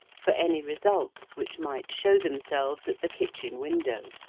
for any results which might show themselves at the kitchen-window.